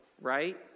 right